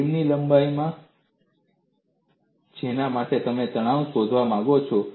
બીમની લંબાઈમાં જેના માટે તમે તણાવ શોધવા માંગો છો